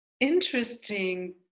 interesting